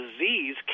disease